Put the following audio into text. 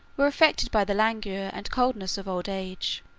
were affected by the languor and coldness of old age.